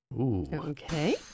Okay